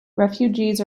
refugees